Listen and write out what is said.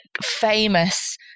famous